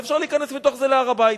ואפשר להיכנס מתוך זה להר-הבית.